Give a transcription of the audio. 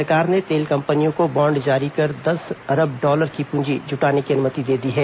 सरकार ने तेल कंपनियों को बॉन्ड जारी कर दस अरब डॉलर की पूंजी जुटाने की अनुमति दे दी है